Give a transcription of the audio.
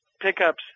pickups